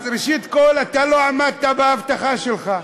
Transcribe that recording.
ראשית, אתה לא עמדת בהבטחה שלך.